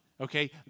Okay